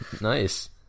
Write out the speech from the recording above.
Nice